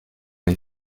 les